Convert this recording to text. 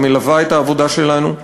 שמלווה את העבודה שלנו.